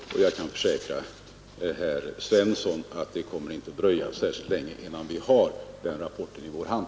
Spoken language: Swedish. Jag kan försäkra herr Svensson i Malmö att det inte kommer att dröja särskilt länge innan vi har den rapporten i vår hand.